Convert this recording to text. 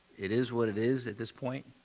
it is what it is at this point.